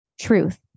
Truth